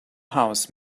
houses